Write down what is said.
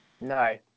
No